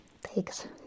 Thanks